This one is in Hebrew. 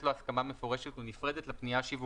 לו הסכמה מפורשת או נפרדת לפנייה השיווקית.